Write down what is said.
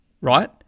right